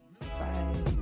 Bye